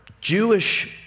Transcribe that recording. Jewish